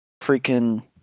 freaking